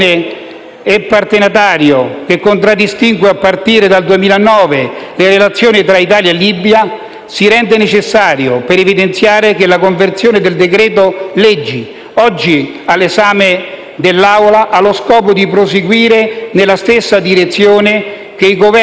e partenariato che contraddistingue a partire dal 2009 le relazioni tra Italia e Libia, si rende necessario per evidenziare che la conversione del decreto-legge, oggi all'esame dell'Assemblea, ha lo scopo di proseguire nella stessa direzione che i Governi